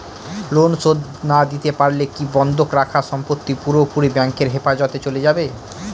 Loan শোধ না দিতে পারলে কি বন্ধক রাখা সম্পত্তি পুরোপুরি ব্যাংকের হেফাজতে চলে যাবে?